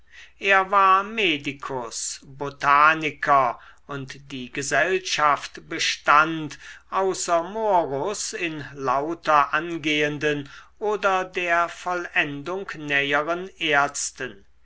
er war medikus botaniker und die gesellschaft bestand außer morus in lauter angehenden oder der vollendung näheren ärzten